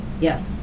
Yes